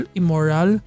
immoral